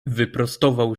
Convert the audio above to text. wyprostował